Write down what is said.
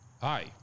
Hi